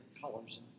colors